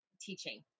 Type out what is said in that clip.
teaching